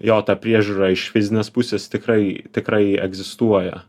jo ta priežiūra iš fizinės pusės tikrai tikrai egzistuoja